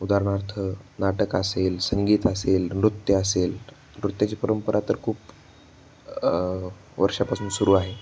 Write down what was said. उदाहरणार्थ नाटक असेल संगीत असेल नृत्य असेल नृत्याची परंपरा तर खूप वर्षापासून सुरू आहे